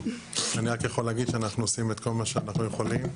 אני רק יכול להגיד שאנחנו עושים את כל מה שאנחנו יכולים.